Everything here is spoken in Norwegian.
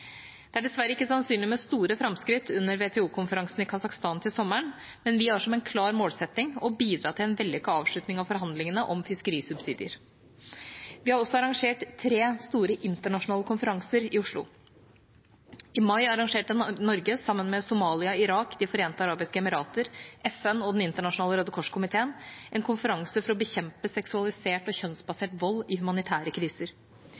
Det er dessverre ikke sannsynlig med store framskritt under WTO-konferansen i Kasakhstan til sommeren, men vi har som en klar målsetting å bidra til en vellykket avslutning av forhandlingene om fiskerisubsidier. Vi har også arrangert tre store internasjonale konferanser i Oslo. I mai arrangerte Norge, sammen med Somalia, Irak, De forente arabiske emirater, FN og Den internasjonale Røde Kors-komiteen, en konferanse for å bekjempe seksualisert og kjønnsbasert vold i humanitære kriser.